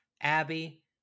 Abby